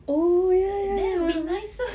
that will be nice ah